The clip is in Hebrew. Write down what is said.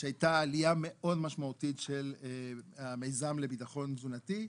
הייתה עלייה מאוד משמעותית של המיזם לביטחון תזונתי.